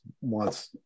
wants